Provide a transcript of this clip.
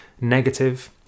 negative